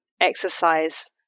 exercise